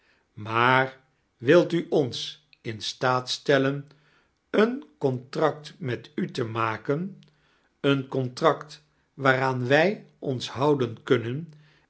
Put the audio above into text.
maar wilt u oms in stoat stellen eon contract met u te maken eein contract waaraan wij ans houden kunjnen